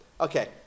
okay